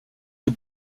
des